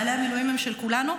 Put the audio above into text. אני מבטיח לעדכן.